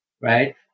Right